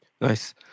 Nice